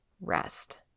rest